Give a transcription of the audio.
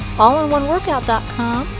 allinoneworkout.com